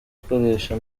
akoresha